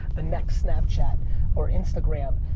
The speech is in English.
the next snapchat or instagram.